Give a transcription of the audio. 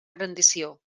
rendició